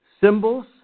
symbols